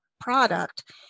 product